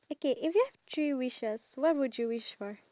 okay I have a que~ oh me